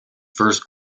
first